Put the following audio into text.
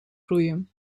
groeien